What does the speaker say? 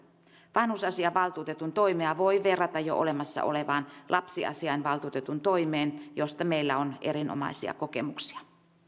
vanhusasiavaltuutetun toimea voi verrata jo olemassa olevaan lapsiasiainvaltuutetun toimeen josta meillä on erinomaisia kokemuksia